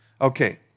Okay